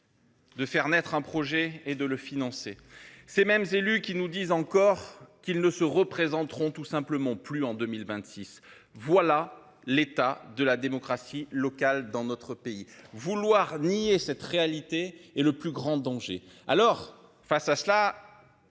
de faire naître un projet et de le financer. Ces mêmes élus nous disent qu'ils ne se représenteront tout simplement plus en 2026 ! Voilà l'état de la démocratie locale dans notre pays ! Vouloir nier cette réalité, c'est courir le plus grand des dangers. Face à cela,